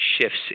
shifts